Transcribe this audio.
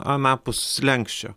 anapus slenksčio